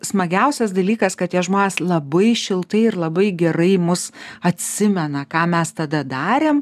smagiausias dalykas kad tie žmonės labai šiltai ir labai gerai mus atsimena ką mes tada darėm